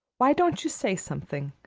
why don't you say something?